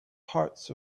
hearts